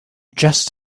just